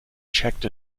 checked